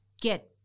get